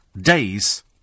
days